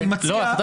ואני מציע --- שי,